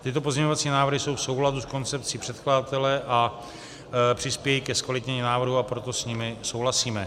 Tyto pozměňovací návrhy jsou v souladu s koncepcí předkladatele a přispějí ke zkvalitnění návrhu, a proto s nimi souhlasíme.